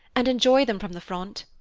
and enjoy them from the front.